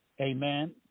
Amen